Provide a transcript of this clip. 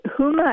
Huma